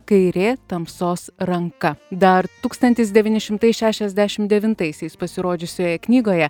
kairė tamsos ranka dar tūkstantis devyni šimtai šešiasdešimt devintaisiais pasirodžiusioje knygoje